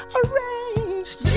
arranged